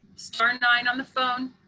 star nine on the phone.